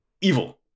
evil